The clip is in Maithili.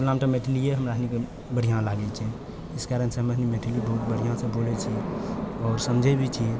तुलनामे तऽ मैथिली हमराके बढ़िआँ लागै छै इस कारणसँ हमे मैथिली बहुत बढ़िआँसँ बोलै छियै आओर समझै भी छियै